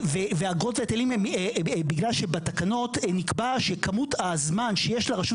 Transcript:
ואגרות והיטלים בגלל שבתקנות נקבע שכמות הזמן שיש לרשות